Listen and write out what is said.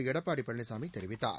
எடப்பாடி பழனிசாமி தெரிவித்தார்